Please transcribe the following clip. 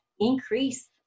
increase